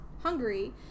Hungary